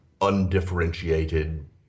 undifferentiated